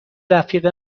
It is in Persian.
رفیق